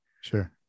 Sure